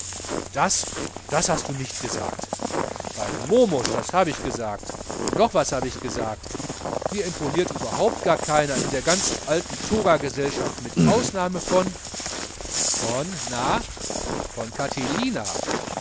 zuckerstengel das hast du nicht gesagt beim momus das hab ich gesagt und noch was hab ich gesagt mir imponiert überhaupt gar keiner in der ganzen alten toga gesellschaft mit ausnahme von von na von